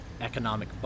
economic